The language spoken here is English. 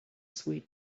sweet